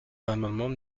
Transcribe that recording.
l’amendement